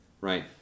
Right